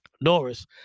Norris